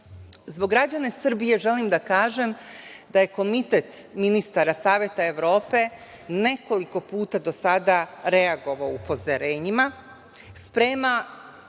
Zbog građana Srbije želim da kažem da je Komitet ministara Saveta Evrope nekoliko puta do sada reagovao upozorenjima, spremao